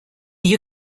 you